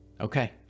Okay